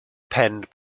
penned